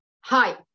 Hi